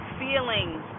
feelings